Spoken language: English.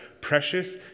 precious